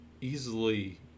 easily